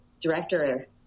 director